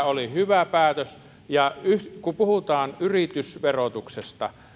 oli hyvä päätös kun puhutaan yritysverotuksesta